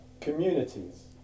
communities